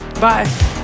Bye